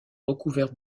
recouverte